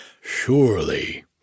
Surely